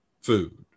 food